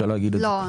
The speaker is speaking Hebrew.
לא.